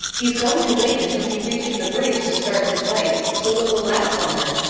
he's going to wait until he reaches the bridge to start his light, so it will last longer.